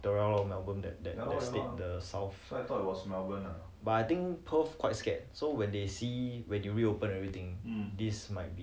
I think everywhere else the only place that err got recurring is the victoria or melbourne that that the state the south side